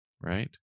right